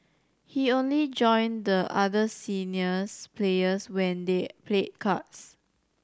he only join the other seniors players when they played cards